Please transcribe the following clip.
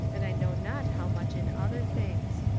and i know not how much in other things.